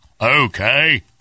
Okay